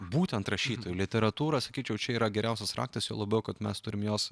būtent rašytojų literatūra sakyčiau čia yra geriausias raktas juo labiau kad mes turim jos